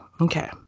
Okay